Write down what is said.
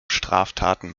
straftaten